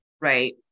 right